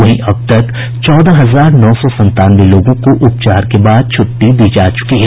वहीं अब तक चौदह हजार नौ सौ संतानवे लोगों को उपचार के बाद छट्टी दी जा चूकी है